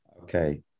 Okay